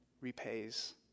repays